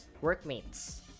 workmates